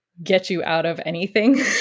get-you-out-of-anything